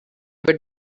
give